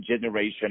generation